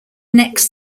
next